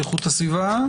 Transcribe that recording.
הסביבה.